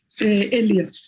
earlier